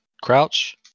Crouch